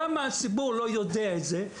למה הציבור לא יודע את זה?